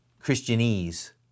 Christianese